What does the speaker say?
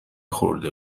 خورده